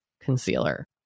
concealer